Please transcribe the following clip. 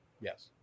Yes